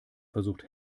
versucht